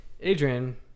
Adrian